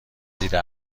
دیده